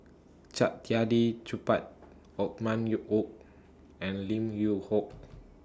Saktiandi Supaat Othman YOU Wok and Lim Yew Hock